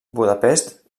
budapest